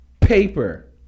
paper